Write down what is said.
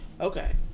Okay